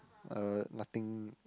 uh nothing